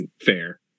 Fair